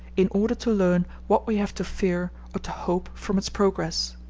in order to learn what we have to fear or to hope from its progress.